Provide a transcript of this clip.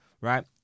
right